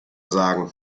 sagen